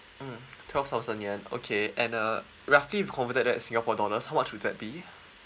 mm twelve thousand yen okay and uh roughly converted that singapore dollars how much would that be